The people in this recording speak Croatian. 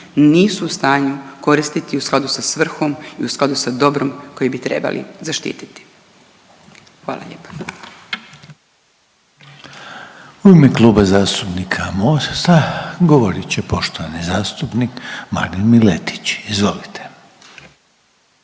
nisu u stanju koristiti u skladu sa svrhom i u skladu sa dobrom koje bi trebali zaštititi. Hvala lijepa. **Reiner, Željko (HDZ)** U ime Kluba zastupnika Mosta govorit će poštovani zastupnik Marin Miletić, izvolite.